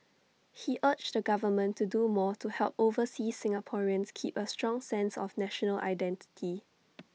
he urged the government to do more to help overseas Singaporeans keep A strong sense of national identity